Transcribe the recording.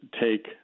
take